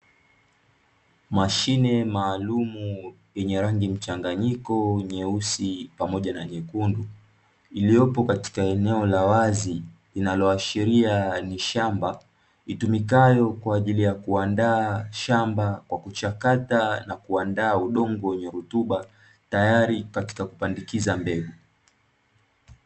Mashine maalumu yenye rangi mchanganyiko nyeusi pamoja na nyekundu, iliyopo katika eneo la wazi, inayoashiria ni shamba litumikalo kwaa ajili ya kandaa kwa kuchakata .